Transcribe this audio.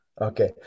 Okay